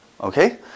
Okay